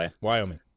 Wyoming